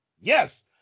yes